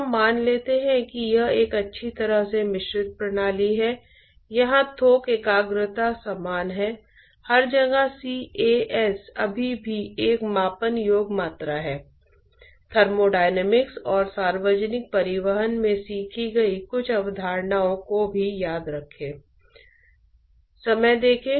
इसलिए जब मैं कन्वेक्शन के कारण हीट और मास्स ट्रांसफर से जुड़ी परिभाषा कहता हूं तो मुझे इसे कन्वेक्शन द्वारा बढ़ाया या कन्वेक्शन से प्रभावित कहकर इसे योग्य बनाना चाहिए